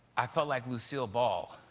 i felt like lucille ball.